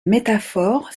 métaphore